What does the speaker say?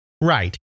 Right